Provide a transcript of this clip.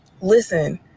Listen